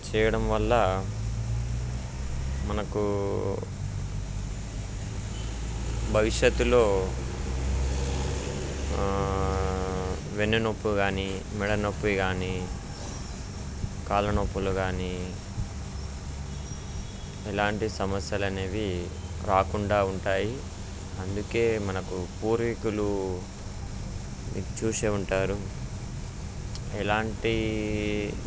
చేయడం వల్ల మనకు భవిష్యత్తులో వెన్నునొప్పి కానీ మెడ నొప్పి కానీ కాళ్ళ నొప్పులు కానీ ఎలాంటి సమస్యలు అనేవి రాకుండా ఉంటాయి అందుకు మనకు పూర్వీకులు చూసే ఉంటారు ఎలాంటి